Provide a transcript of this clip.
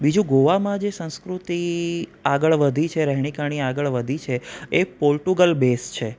બીજું ગોવામાં જે સંસ્કૃતિ આગળ વધી છે રેહણી કરણી આગળ વધી છે એ પોર્ટુગલ બેઝ છે